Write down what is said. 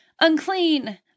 unclean